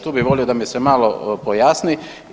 Tu bi volio da mi se malo pojasni.